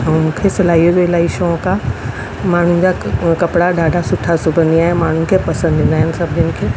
ऐं मूंखे सिलाईअ जो बि इलाही शौक़ु आहे माण्हुनि जा क कपिड़ा ॾाढा सुठा सुबंदी आहियां माण्हुनि खे पसंदि ईंदा आहिनि सभिनी खे